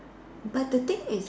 but the thing is